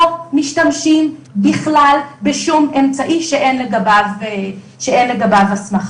לא משתמשים בכלל בשום אמצעי שאין לגביו הסמכה.